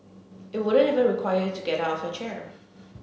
it wouldn't even require you to get out of your chair